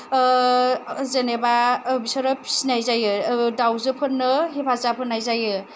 जेनेबा बिसोरो फिसिनाय जायो दाउजोफोरनो हेफाजाब होनाय जायो